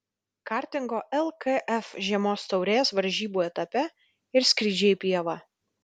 kartingo lkf žiemos taurės varžybų etape ir skrydžiai į pievą